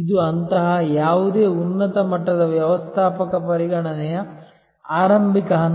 ಇದು ಅಂತಹ ಯಾವುದೇ ಉನ್ನತ ಮಟ್ಟದ ವ್ಯವಸ್ಥಾಪಕ ಪರಿಗಣನೆಯ ಆರಂಭಿಕ ಹಂತ ಮತ್ತು ಅಂತ್ಯದ ಹಂತವಾಗಿದೆ